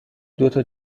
دوتا